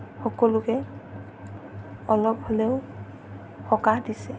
সকলোকে অলপ হ'লেও সকাহ দিছে